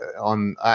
on